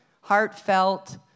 heartfelt